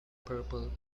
purple